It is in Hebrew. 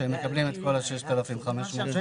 שאז הם מקבלים את כל ה-6,500 שקל.